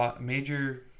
major